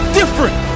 different